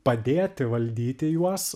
padėti valdyti juos